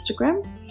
Instagram